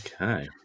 Okay